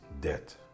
debt